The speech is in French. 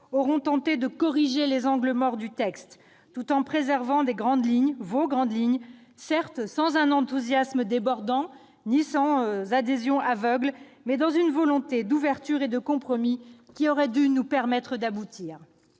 auront tenté de remédier aux angles morts du texte tout en en préservant les grandes lignes, certes sans enthousiasme débordant ni adhésion aveugle, mais avec une volonté d'ouverture et de compromis qui aurait dû nous permettre d'aboutir.